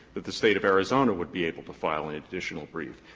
but the state of arizona would be able to file an additional brief,